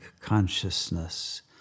consciousness